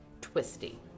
twisty